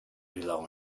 below